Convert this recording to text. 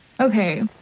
Okay